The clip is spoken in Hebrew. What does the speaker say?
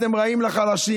אתם רעים לחלשים,